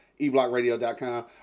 eblockradio.com